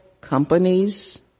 companies